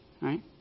right